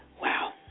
Wow